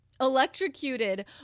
electrocuted